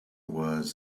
was